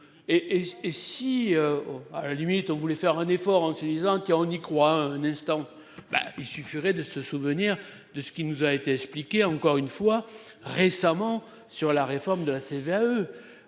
et si. À la limite on voulait faire un effort, en se disant qu'il on y croit un instant bah il suffirait de se souvenir de ce qui nous a été expliqué, encore une fois récemment sur la réforme de la CVAE